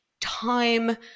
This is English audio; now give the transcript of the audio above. time